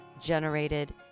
generated